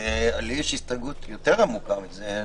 לי יש הסתייגות יותר עמוקה מזה.